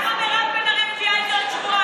למה מירב בן ארי מביאה את זה בעוד שבועיים?